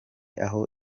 aho